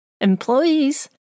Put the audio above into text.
employees